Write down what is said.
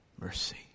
mercy